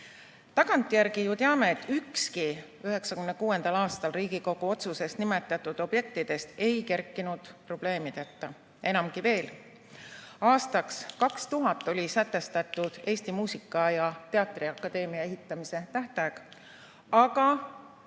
Tagantjärgi ju teame, et ükski 1996. aastal Riigikogu otsuses nimetatud objektidest ei kerkinud probleemideta. Enamgi veel: aastaks 2000 oli sätestatud Eesti Muusika- ja Teatriakadeemia ehitamise tähtaeg, aga